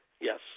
Yes